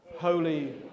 Holy